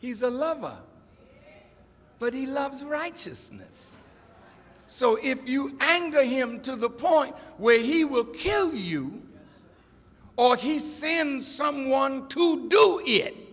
he's a lover but he loves righteousness so if you anger him to the point where he will kill you all he's sam someone to do it